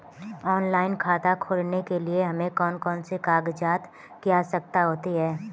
Online खाता खोलने के लिए हमें कौन कौन से कागजात की आवश्यकता होती है?